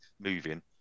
moving